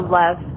love